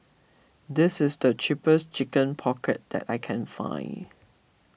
this is the cheapest Chicken Pocket that I can find